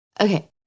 Okay